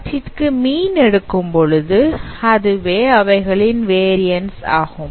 அவற்றிற்கு mean எடுக்கும்பொழுது அதுவே அவைகளின் வேரியன்ஸ் ஆகும்